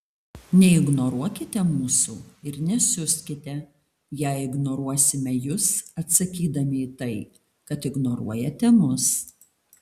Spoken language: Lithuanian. neignoruokite mūsų ir nesiuskite jei ignoruosime jus atsakydami į tai kad ignoruojate mus